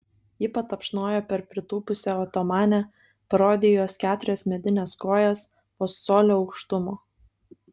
ji patapšnojo per pritūpusią otomanę parodė į jos keturias medines kojas vos colio aukštumo